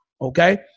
Okay